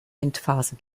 endphase